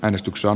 äänestyksen